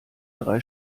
drei